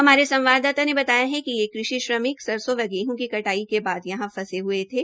हमारे संवाददाता ने बताया है कि ये कृषि श्रमिक सरसों व गेहं की कटाई के बाद यहां फंसे हये थे